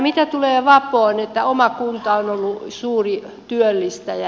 mitä tulee vapoon oma kunta on ollut suuri työllistäjä